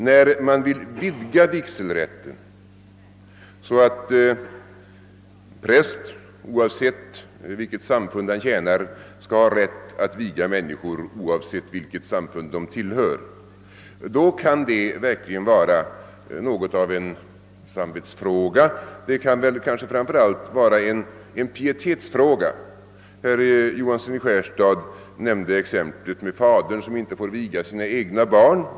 När man vill vidga vigselrätten så att en präst, oavsett vilket samfund han tjänar, skall ha rätt att viga människor, oavsett vilket samfund de tillhör, blir detta verkligen något av en samvetsfråga, kanske framför allt en pietetsfråga. Herr Johansson i Skärstad nämnde exemplet med fadern, som inte får viga sina egna barn.